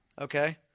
Okay